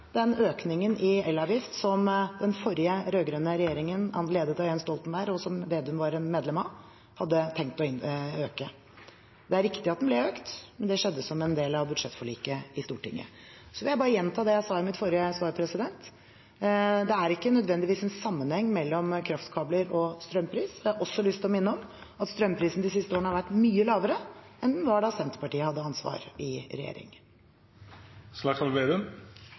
den økningen i elavgift som den forrige rød-grønne regjeringen – ledet av Jens Stoltenberg, og som Slagsvold Vedum var medlem av – hadde tenkt å gjøre. Det er riktig at den ble økt, men det skjedde som en del av budsjettforliket i Stortinget. Så vil jeg bare gjenta det jeg sa i mitt forrige svar: Det er ikke nødvendigvis en sammenheng mellom kraftkabler og strømpris. Jeg har også lyst til å minne om at strømprisen de siste årene har vært mye lavere enn den var da Senterpartiet hadde ansvar i regjering.